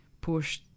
push